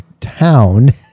town